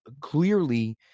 clearly